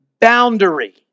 boundary